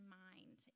mind